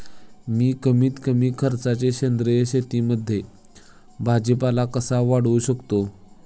मी कमीत कमी खर्चात सेंद्रिय शेतीमध्ये भाजीपाला कसा वाढवू शकतो?